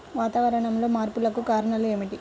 వాతావరణంలో మార్పులకు కారణాలు ఏమిటి?